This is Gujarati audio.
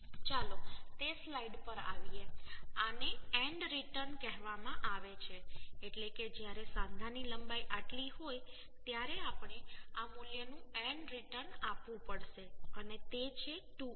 ચાલો તે સ્લાઈડ પર આવીએ આને એન્ડ રીટર્ન કહેવામાં આવે છે એટલે કે જ્યારે સાંધાની લંબાઈ આટલી હોય ત્યારે આપણે આ મૂલ્યનું એન્ડ રીટર્ન આપવું પડશે અને તે છે 2S